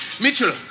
Mitchell